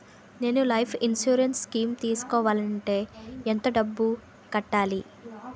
నేను life insurance scheme తీసుకోవాలంటే ఎంత డబ్బు కట్టాలి?